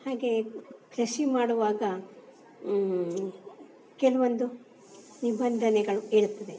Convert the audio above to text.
ಹಾಗೇ ಕೃಷಿ ಮಾಡುವಾಗ ಕೆಲವೊಂದು ನಿಬಂಧನೆಗಳು ಇರ್ತದೆ